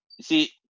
see